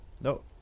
No